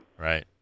right